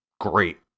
great